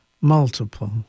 Multiple